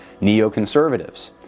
neoconservatives